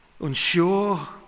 unsure